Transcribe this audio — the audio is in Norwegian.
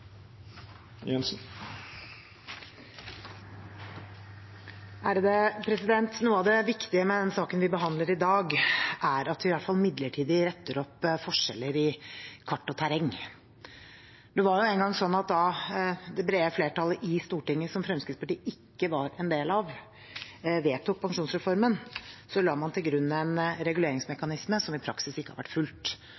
Noe av det viktige med den saken vi behandler i dag, er at vi i hvert fall midlertidig retter opp forskjeller i kart og terreng. Det var jo engang sånn at da det brede flertallet i Stortinget, som Fremskrittspartiet ikke var en del av, vedtok pensjonsreformen, la man til grunn en